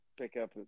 pickup